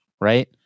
right